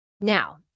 Now